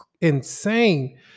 insane